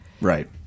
Right